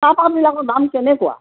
চাহপাতবিলাকৰ দাম কেনেকুৱা